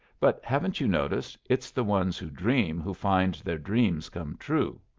but, haven't you noticed, it's the ones who dream who find their dreams come true.